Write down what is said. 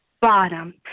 bottom